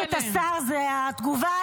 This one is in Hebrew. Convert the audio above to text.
אתה וחמאס והבן זוג שלך.